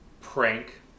prank